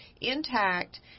intact